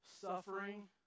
suffering